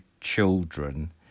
children